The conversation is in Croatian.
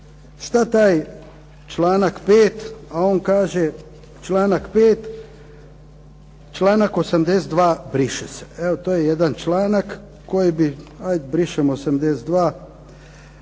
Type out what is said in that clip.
što taj članak 5., a on kaže članak 82. briše se, to je jedan članak koji bi, eto brišemo 82.